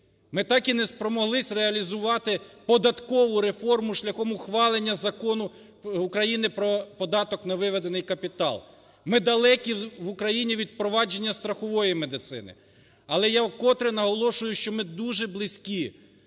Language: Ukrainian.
ми так не спромоглися реалізувати податкову реформу шляхом ухвалення Закону України про податок на виведений капітал, ми далекі в Україні від впровадження страхової медицини. Але я вкотре наголошую, що ми дуже близькі,